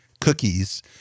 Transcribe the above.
cookies